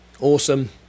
awesome